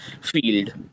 field